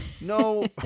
No